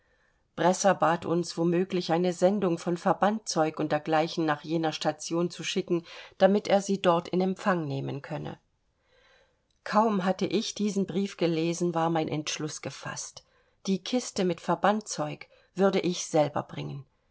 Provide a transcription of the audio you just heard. bresser bat uns womöglich eine sendung von verbandzeug und dergleichen nach jener station zu schicken damit er sie dort in empfang nehmen könne kaum hatte ich diesen brief gelesen war mein entschluß gefaßt die kiste mit verbandzeug würde ich selber bringen